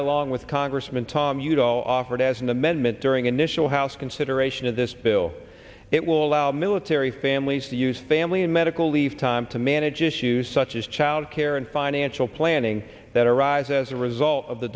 along with congressman tom udall offered as an amendment during initial house consideration this bill it will allow military families to use family and medical leave time to manage issues such as child care and financial planning that arise as a result of the